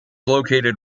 located